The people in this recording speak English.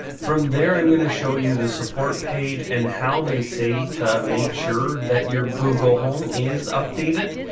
from there i'm going to show you the support page and how they say to make sure that your google home is updated,